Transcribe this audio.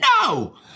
No